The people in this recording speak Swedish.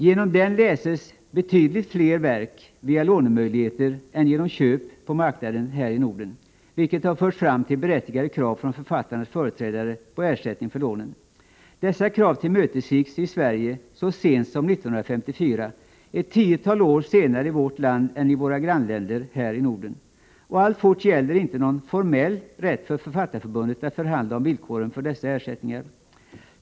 Genom den läses här i Norden betydligt fler verk via lånemöjligheter än genom köp på marknaden, vilket har fört fram till berättigade krav från författarnas företrädare på ersättning för lånen. Dessa krav tillmötesgicks av regeringen så sent som 1954, ett tiotal år senare i vårt land än i våra grannländer här i Norden. Och alltfort gäller inte någon formell rätt för Författarförbundet att förhandla om villkoren för dessa ersättningar.